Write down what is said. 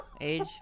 Age